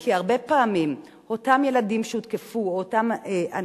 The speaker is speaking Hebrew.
כי הרבה פעמים אותם ילדים שהותקפו בילדותם,